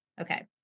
Okay